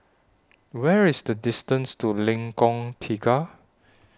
What IS The distance to Lengkong Tiga